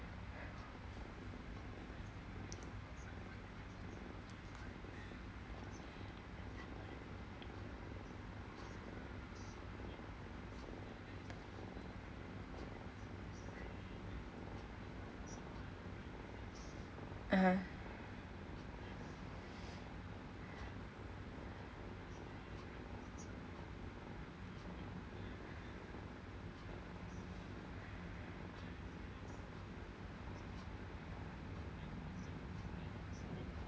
(uh huh)